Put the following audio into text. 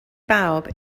bawb